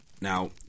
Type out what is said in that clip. Now